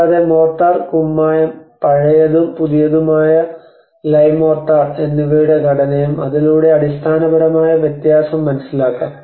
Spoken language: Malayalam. കൂടാതെ മോർട്ടാർ കുമ്മായം പഴയതും പുതിയതുമായ ലൈമ് മോർട്ടാർ എന്നിവയുടെ ഘടനയും അതിലൂടെ അടിസ്ഥാനപരമായ വ്യത്യാസം മനസ്സിലാക്കാം